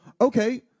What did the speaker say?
okay